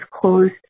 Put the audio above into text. closed